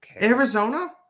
Arizona